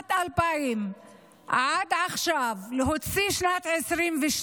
משנת 2000 ועד עכשיו, להוציא שנת 2022,